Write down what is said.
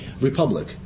republic